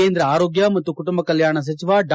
ಕೇಂದ್ರ ಆರೋಗ್ಯ ಮತ್ತು ಕುಟುಂಬ ಕಲ್ಕಾಣ ಸಚಿವ ಡಾ